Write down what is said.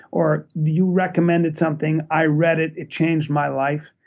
or you recommended something, i read it, it changed my life.